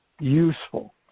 useful